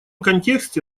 контексте